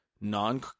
non